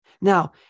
Now